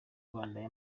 rwanda